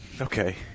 Okay